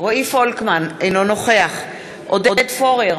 אינו נוכח עודד פורר,